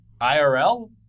IRL